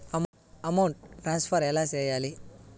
amount transfer ఎలా సేయాలి